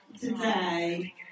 today